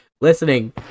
listening